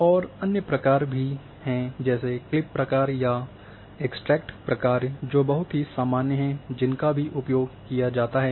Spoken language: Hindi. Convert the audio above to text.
और अन्य प्रकार्य भी हैं जैसे क्लिप प्रकार्य या एक्स्ट्रेक्ट प्रकार्य जो बहुत ही सामान्य हैं जिनका भी उपयोग किया जाता है